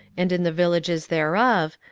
and in the villages thereof,